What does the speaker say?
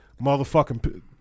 motherfucking